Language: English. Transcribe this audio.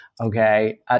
okay